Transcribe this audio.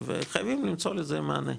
וחייבים למצוא לזה מענה,